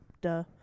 Duh